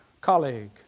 colleague